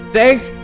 Thanks